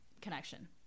connection